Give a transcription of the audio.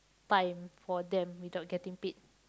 time for them without getting paid